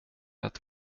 att